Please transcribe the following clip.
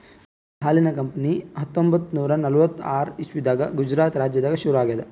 ಅಮುಲ್ ಹಾಲಿನ್ ಕಂಪನಿ ಹತ್ತೊಂಬತ್ತ್ ನೂರಾ ನಲ್ವತ್ತಾರ್ ಇಸವಿದಾಗ್ ಗುಜರಾತ್ ರಾಜ್ಯದಾಗ್ ಶುರು ಆಗ್ಯಾದ್